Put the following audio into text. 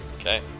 okay